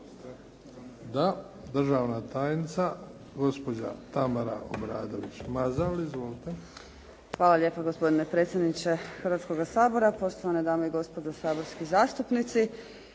Da. Državna tajnica, gospođa Tamara Obradović Mazal. Izvolite. **Obradović Mazal, Tamara** Hvala lijepo gospodine predsjedniče Hrvatskoga sabora, poštovane dame i gospodo saborski zastupnici.